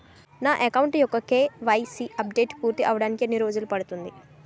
నా అకౌంట్ యెక్క KYC updation పూర్తి అవ్వడానికి ఎన్ని రోజులు పడుతుంది?